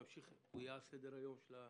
הוא יהיה על סדר היום של הוועדה.